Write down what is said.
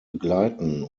begleiten